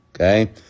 Okay